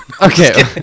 Okay